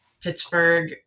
Pittsburgh